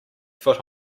foot